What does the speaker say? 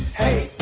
hey.